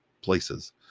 places